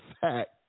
fact